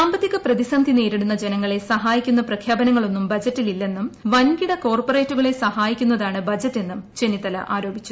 സാമ്പത്തിക പ്രതിസന്ധി നേരിടുന്ന ജനങ്ങളെ സഹായിക്കുന്ന പ്രഖ്യാപനങ്ങളൊന്നും ബജറ്റിലില്ലെന്നും വൻകിട കോർപ്പറേറ്റുകളെ സഹായിക്കുന്നതാണ് ബജറ്റെന്നും ചെന്നിത്തല ആരോപിച്ചു